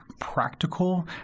practical